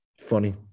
funny